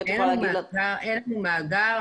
אין לנו מאגר.